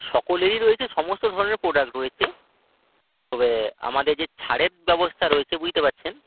সকলেরই রয়েছে সমস্ত ধরনের প্রোডাক্ট রয়েছে তবে আমাদের যে ছাড়ের ব্যবস্থা রয়েছে বুঝতে পারছেন